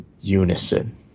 unison